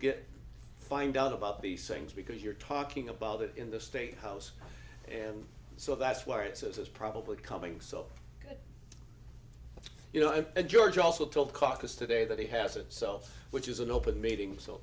get find out about these things because you're talking about it in the state house and so that's why it's is probably coming so you know i'm a george also told caucus today that he has itself which is an open meeting so